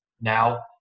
now